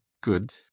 good